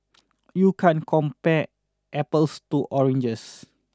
you can't compare apples to oranges